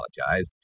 apologize